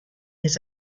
his